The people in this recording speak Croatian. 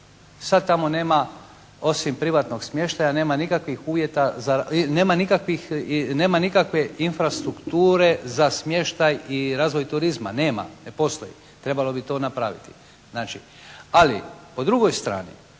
Sad tamo nema osim privatnog smještaja, nema nikakve infrastrukture za smještaj i razvoj turizma. Nema, ne postoji. Trebalo bi to napraviti znači. Ali po drugoj strani